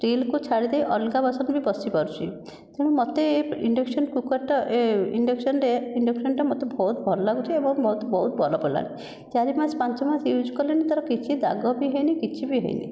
ଷ୍ଟିଲ୍କୁ ଛାଡ଼ିଦେଇ ଅଲଗା ବାସନ ବି ବସିପାରୁଛି ତେଣୁ ମୋତେ ଏ ଇଣ୍ଡକ୍ସନ କୁକର୍ଟା ଇଣ୍ଡକ୍ସନଟା ମୋତେ ବହୁତ ଭଲ ଲାଗୁଛି ଆଉ ବହୁତ ବହୁତ ଭଲ ପଡ଼ିଲା ଚାରି ମାସ ପାଞ୍ଚ ମାସ ୟୁଜ୍ କଲେ ବି ତା'ର କିଛି ଦାଗ ବି ହୋଇନାହିଁ କିଛି ବି ହୋଇନାହିଁ